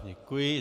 Děkuji.